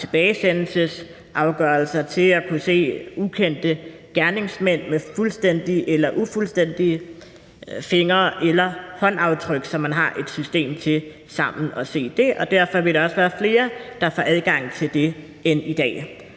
tilbagesendelsesafgørelser til at kunne se ukendte gerningsmænd med fuldstændige eller ufuldstændige finger- eller håndaftryk, så man har et system til sammen at se det, og derfor vil der også være flere, der får adgang til det end i dag.